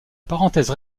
parenthèse